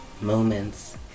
Moments